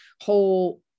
whole